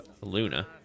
Luna